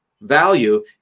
value